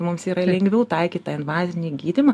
mums yra lengviau taikyt tą invazinį gydymą